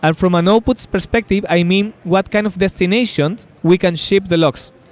and from an output perspective, i mean what kind of destinations we can ship the logs.